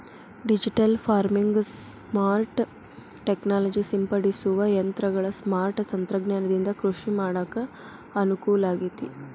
digital farming, smart technology ಸಿಂಪಡಿಸುವ ಯಂತ್ರಗಳ smart ತಂತ್ರಜ್ಞಾನದಿಂದ ಕೃಷಿ ಮಾಡಾಕ ಅನುಕೂಲಾಗೇತಿ